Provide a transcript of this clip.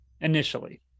initially